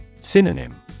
Synonym